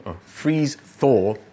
freeze-thaw